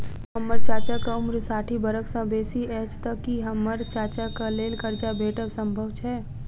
जँ हम्मर चाचाक उम्र साठि बरख सँ बेसी अछि तऽ की हम्मर चाचाक लेल करजा भेटब संभव छै?